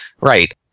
Right